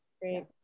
Great